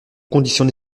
conditions